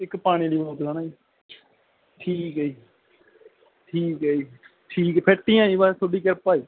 ਇੱਕ ਪਾਣੀ ਦੀ ਬੋਤਲ ਹੈ ਨਾ ਜੀ ਠੀਕ ਹੈ ਜੀ ਠੀਕ ਹੈ ਜੀ ਠੀਕ ਹੈ ਫਿੱਟ ਹੀ ਹੈ ਜੀ ਬਸ ਤੁਹਾਡੀ ਕਿਰਪਾ ਹੈ